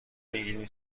میگیریم